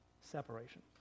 separation